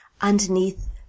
underneath